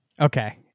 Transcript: Okay